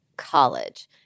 college